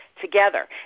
together